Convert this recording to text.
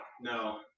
no